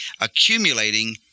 accumulating